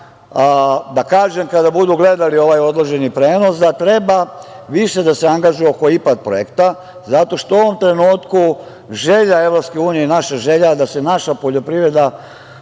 da kažem kada budu gledali ovaj odloženi prenos da treba više da se angažuju oko IPARD projekta, zato što u ovom trenutku želja EU i naša želja je da se naša poljoprivreda